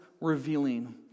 revealing